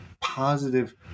positive